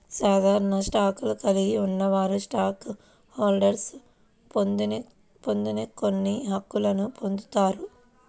సాధారణ స్టాక్ను కలిగి ఉన్నవారు స్టాక్ హోల్డర్లు పొందని కొన్ని హక్కులను పొందుతారు